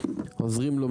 עוזרים לו,